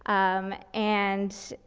um, and,